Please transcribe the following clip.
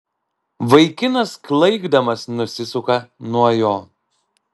vaikinas klaikdamas nusisuka nuo jo